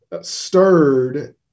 stirred